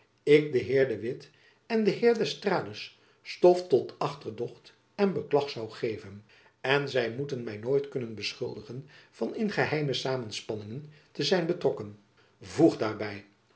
ik den heer de witt en den heer d'estrades stof tot achterdocht en beklach zoû geven en zy moeten my nooit kunnen beschuldigen van in geheime samenspanningen te zijn betrokken voeg daarby